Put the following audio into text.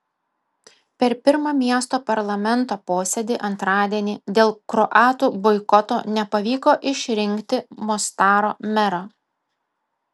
per pirmą miesto parlamento posėdį antradienį dėl kroatų boikoto nepavyko išrinkti mostaro mero